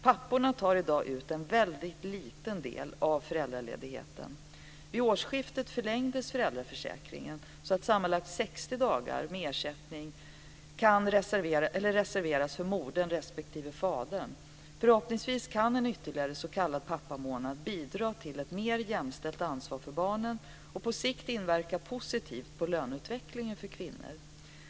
Papporna tar i dag ut en väldigt liten del av föräldraledigheten. Vid årsskiftet förlängdes emellertid föräldraförsäkringen på så sätt att sammanlagt 60 dagar med ersättning motsvarande förälderns sjukpenning reserveras för modern respektive fadern. Förhoppningsvis kan en ytterligare s.k. pappamånad bidra till ett mera jämställt ansvar för barnen och på sikt inverka positivt på löneutvecklingen för kvinnor.